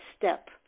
step